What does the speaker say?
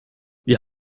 wir